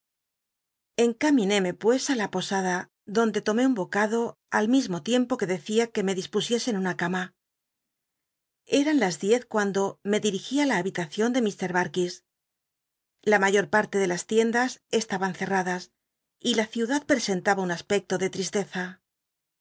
encaminéme pues i la posada donde lomé un bocado al mismo tiempo que decía iuc me dispu siesen una cama eran las diez cuando me dirigí á la habitacion de ir darkis la mayor parle de las tiendas estaban cerradas y la ciudad presentaba un aspecto de tristeza